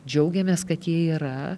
džiaugiamės kad jie yra